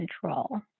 control